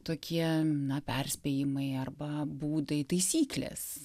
tokie na perspėjimai arba būdai taisyklės